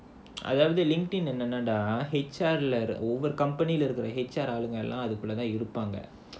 I love the LinkedIn என்னனா:ennanaa H_R ஆளுங்களாம் அதுக்குள்ளதான் இருப்பாங்க:alungalaam adhukullathaan iruppaanga